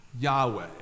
Yahweh